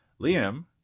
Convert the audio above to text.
Liam